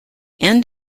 end